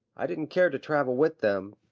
i didn't care to travel with them,